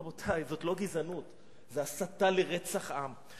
רבותי, זאת לא גזענות, זאת הסתה לרצח עם.